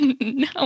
No